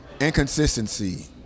Inconsistency